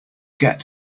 get